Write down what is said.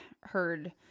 heard